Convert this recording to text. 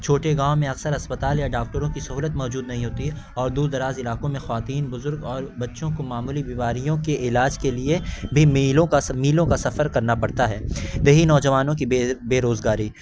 چھوٹے گاؤں اکثر اسپتال یا ڈاکٹروں کی سہولت موجود نہیں ہوتی ہے اور دور دراز علاقوں میں خواتین بزرگ اور بچوں کو معمولی بیماریوں کے علاج کے لیے بھی میلوں کا میلوں کا سفر کرنا پڑتا ہے دیہی نوجوانوں کی بے بےروزگاری